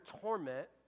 torment